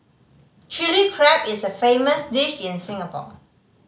Chilli Crab is a famous dish in Singapore